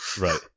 right